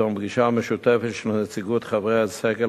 בתום פגישה משותפת של נציגות חברי הסגל